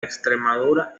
extremadura